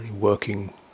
working